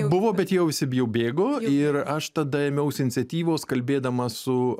buvo bet jie jau visi jau bėgo ir aš tada ėmiausi iniciatyvos kalbėdamas su